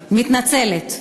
מתנצלת.